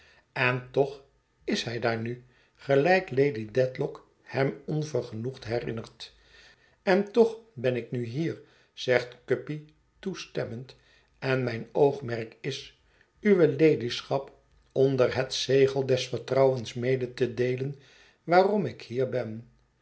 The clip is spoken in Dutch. en toch is hij daar nu gelijk lady dedlock hem onvergenoegd herinnert en toch ben ik nu hier zegt guppy toestemmend en mijn oogmerk is uwe ladyschap onder het zegel des vertrouwens mede te deelen waarom ik hier ben